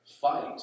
fight